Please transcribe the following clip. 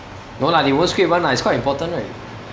no lah they won't scrape [one] lah it's quite important right